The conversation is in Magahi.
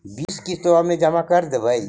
बिस किस्तवा मे जमा कर देवै?